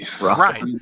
Right